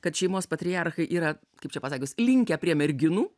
kad šeimos patriarchai yra kaip čia pasakius linkę prie merginų